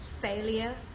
failure